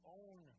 own